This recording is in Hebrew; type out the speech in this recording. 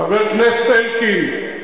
חבר הכנסת אלקין,